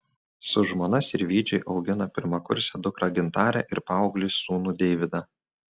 su žmona sirvydžiai augina pirmakursę dukrą gintarę ir paauglį sūnų deividą